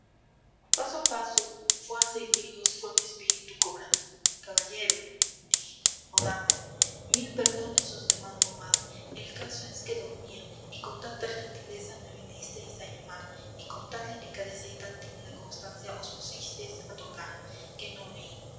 paso a paso fuerza y bríos fué mi espíritu cobrando caballero dije o dama mil perdones os demando mas el caso es que dormía y con tanta gentileza me vinisteis a llamar y con tal delicadeza y tan tímida constancia os pusisteis a tocar que no oí